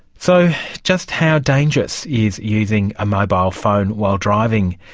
so just how dangerous is using a mobile phone while driving?